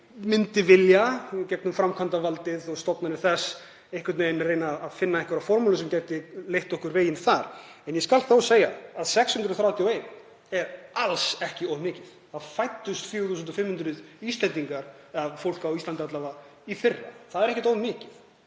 myndi vilja, í gegnum framkvæmdarvaldið og stofnanir þess, einhvern veginn reyna að finna einhverja formúlu sem gæti vísað okkur veginn þar. En ég skal þó segja að 631 er alls ekki of mikið. Það fæddust 4.500 Íslendingar eða fólk á Íslandi, alla vega í fyrra. Það er ekkert of mikið.